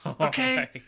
Okay